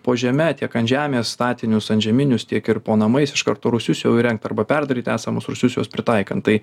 po žeme tiek ant žemės statinius antžeminius tiek ir po namais iš karto rūsius jau įrengt arba perdaryt esamus rūsius juos pritaikant tai